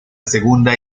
segunda